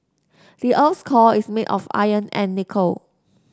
the earth's core is made of iron and nickel